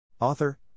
Author